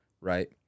right